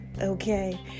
okay